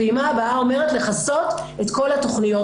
הפעימה הבאה אומרת לכסות את כל התכניות,